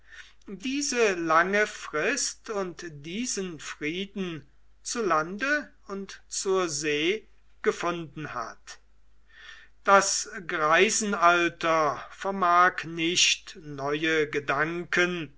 diese lange frist und diesen frieden zu lande und zur see gefunden hat das greisenalter vermag nicht neue gedanken